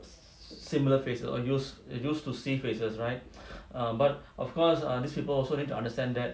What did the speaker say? similar faces or used they used to same faces right err but of course err these people also need to understand that